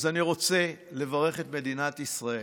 אז אני רוצה לברך את מדינת ישראל.